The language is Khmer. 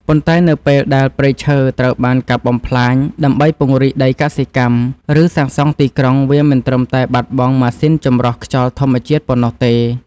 ប៉ុន្តែនៅពេលដែលព្រៃឈើត្រូវបានកាប់បំផ្លាញដើម្បីពង្រីកដីកសិកម្ម ឬសាងសង់ទីក្រុង វាមិនត្រឹមតែបាត់បង់ម៉ាស៊ីនចម្រោះខ្យល់ធម្មជាតិប៉ុណ្ណោះទេ។